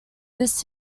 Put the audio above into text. this